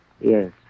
Yes